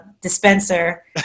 dispenser